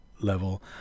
Level